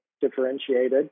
differentiated